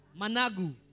Managu